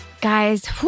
Guys